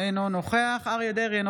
אינו נוכח אריה מכלוף דרעי,